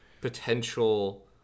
potential